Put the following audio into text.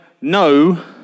no